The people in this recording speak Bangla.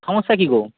সমস্যা কী গো